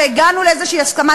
והגענו לאיזושהי הסכמה,